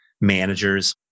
managers